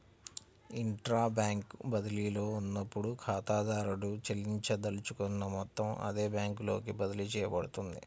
intra bank బదిలీలో ఉన్నప్పుడు, ఖాతాదారుడు చెల్లించదలుచుకున్న మొత్తం అదే బ్యాంకులోకి బదిలీ చేయబడుతుంది